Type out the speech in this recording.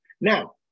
Now